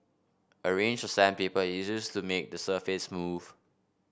a range of sandpaper is used to make the surface smooth